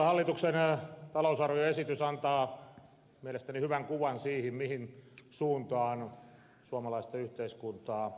hallituksen talousarvioesitys antaa mielestäni hyvän kuvan siitä mihin suuntaan suomalaista yhteiskuntaa halutaan viedä